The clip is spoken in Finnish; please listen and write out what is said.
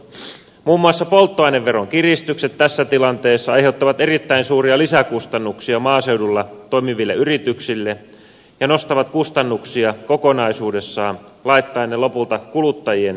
muun muassa polttoaineveron kiristykset tässä tilanteessa aiheuttavat erittäin suuria lisäkustannuksia maaseudulla toimiville yrityksille ja nostavat kustannuksia kokonaisuudessaan laittaen ne lopulta kuluttajien maksettavaksi